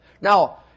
Now